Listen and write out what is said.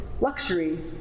luxury